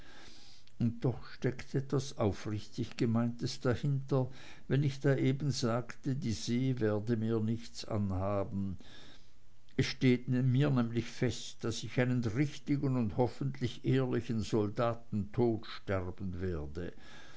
und doch steckt etwas aufrichtiggemeintes dahinter wenn ich da eben sagte die see werde mir nichts anhaben es steht mir nämlich fest daß ich einen richtigen und hoffentlich ehrlichen soldatentod sterben werde